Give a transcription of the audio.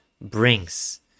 brings